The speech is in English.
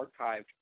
archived